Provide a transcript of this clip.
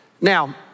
Now